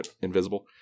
invisible